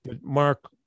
mark